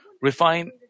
refine